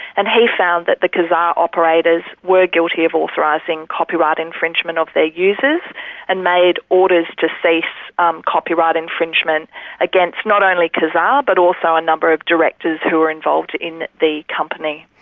and he found that the kazaa operators were guilty of authorising copyright infringement of their users and made orders to cease um copyright infringement against not only kazaa but also a number of directors who were involved in the company.